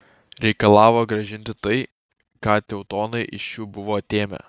reikalavo grąžinti tai ką teutonai iš jų buvo atėmę